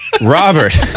robert